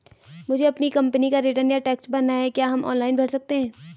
मुझे अपनी कंपनी का रिटर्न या टैक्स भरना है क्या हम ऑनलाइन भर सकते हैं?